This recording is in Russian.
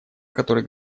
который